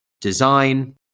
Design